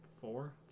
four